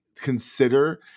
consider